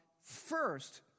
First